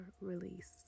release